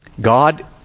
God